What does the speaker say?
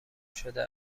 شده